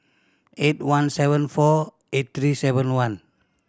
eight one seven four eight three seven one